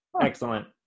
Excellent